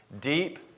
deep